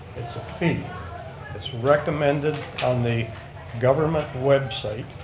it's a fee that's recommended on the government website.